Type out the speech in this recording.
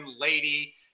lady